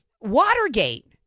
Watergate